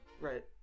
Right